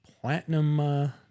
platinum